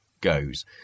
goes